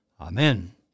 Amen